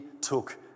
took